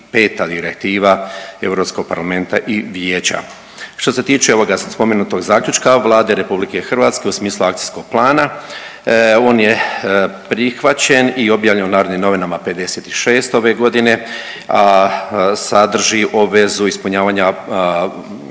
parlamenta i Vijeća. Što se tiče ovoga spomenutog zaključka Vlade RH u smislu akcijskog plana, on je prihvaćen i objavljen u Narodnim novinama 56 ove godine sadrži obvezu ispunjavanja